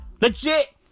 Legit